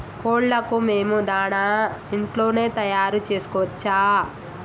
కోళ్లకు మేము దాణా ఇంట్లోనే తయారు చేసుకోవచ్చా?